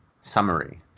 summary